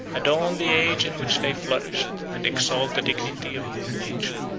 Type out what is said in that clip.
adorn the age in which they flourished, and exalt the dignity of human nature.